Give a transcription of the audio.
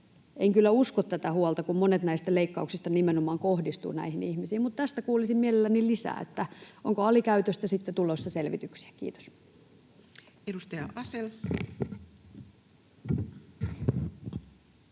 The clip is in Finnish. En kyllä usko tätä huolta, kun monet näistä leikkauksista nimenomaan kohdistuvat näihin ihmisiin. Mutta tästä kuulisin mielelläni lisää, onko alikäytöstä sitten tulossa selvityksiä. — Kiitos. [Speech